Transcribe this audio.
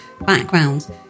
backgrounds